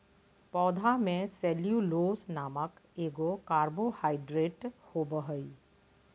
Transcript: पौधा में सेल्यूलोस नामक एगो कार्बोहाइड्रेट होबो हइ